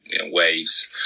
waves